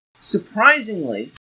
Surprisingly